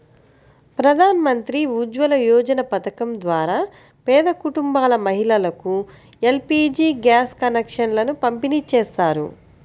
ప్రధాన్ మంత్రి ఉజ్వల యోజన పథకం ద్వారా పేద కుటుంబాల మహిళలకు ఎల్.పీ.జీ గ్యాస్ కనెక్షన్లను పంపిణీ చేస్తారు